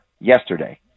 yesterday